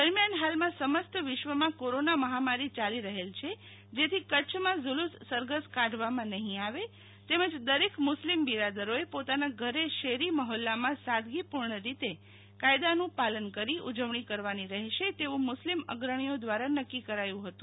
દરમ્યાન ફાલમાં સમસ્ત વિશ્વમાં કોરોના મહામારી ચાલી રહેલ છે જેથી કચ્છમાં ઝ્રલુસ સરઘસ કાઢવામાં નહિ આવે તેમજ દરેક મુસ્લિમ બિરાદરોએ પોતાના ઘરે શેરી મહોલ્લામાં સાદગીપુર્ણ રીતે કાયદાનું પાલન કરી ઉજવણી કરવાની રહેશે તેવુ મુસ્લિમ અગ્રણીઓ દ્રારા નક્કી કરાયુ હતું